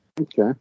Okay